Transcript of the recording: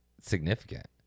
significant